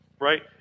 right